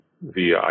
via